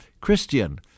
Christian